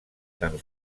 tan